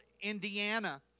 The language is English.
Indiana